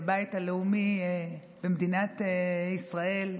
בבית הלאומי במדינת ישראל,